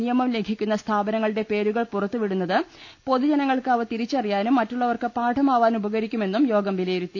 നിയമം ലംഘിക്കുന്ന സ്ഥാപന ങ്ങളുടെ പേരുകൾ പുറത്തുവിടുന്നത് പൊതുജനങ്ങൾക്ക് അവ തിരിച്ചറിയാനും മറ്റുള്ളവർക്ക് പാഠമാവാനും ഉപകരിക്കുമെന്നും യോഗം വിലയിരുത്തി